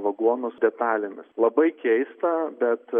vagonus detalėmis labai keista bet